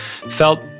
felt